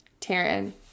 Taryn